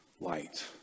light